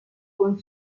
con